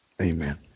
Amen